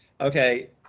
okay